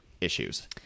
issues